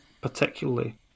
particularly